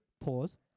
pause